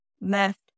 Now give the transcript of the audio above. left